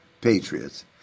patriots